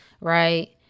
right